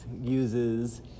uses